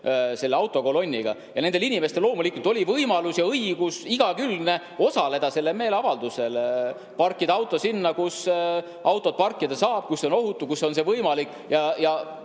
selle autokolonniga. Ja nendel inimestel loomulikult oli igakülgne võimalus ja õigus osaleda sellel meeleavaldusel, parkida auto sinna, kus autosid parkida saab, kus see on ohutu, kus see on võimalik, ja